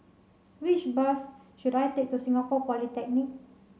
which bus should I take to Singapore Polytechnic